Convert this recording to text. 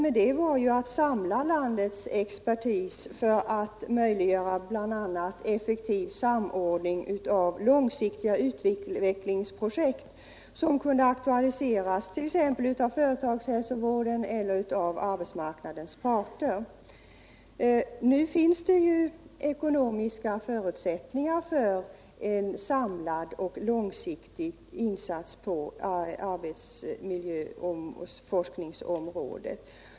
Avsikten var att samla landets expertis för att möjliggöra bl.a. en effektiv samordning av långsiktiga utvecklingsprojekt som kunde aktualiseras t.ex. av företagshälsovården eller av arbetsmarknadens parter. Men nu finns det ekonomiska förutsättningar för en samlad och långsiktig insats på arbetsmiljöforskningsområdet.